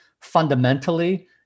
fundamentally